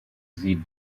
sie